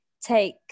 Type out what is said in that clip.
take